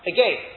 Again